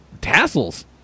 tassels